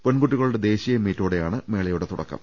പെൺകുട്ടികളുടെ ദേശീയ മീറ്റോടെയാണ് മേളയുടെ തുടക്കം